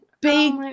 big